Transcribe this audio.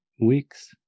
weeks